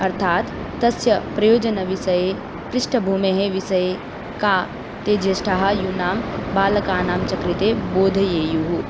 अर्थात् तस्य प्रयोजनविषये पृष्ठभूमेः विषये का ते ज्येष्ठाः यूनां बालकानां च कृते बोधयेयुः